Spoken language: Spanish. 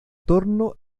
torno